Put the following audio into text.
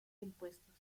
impuestos